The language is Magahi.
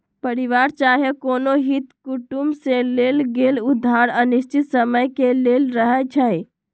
परिवार चाहे कोनो हित कुटुम से लेल गेल उधार अनिश्चित समय के लेल रहै छइ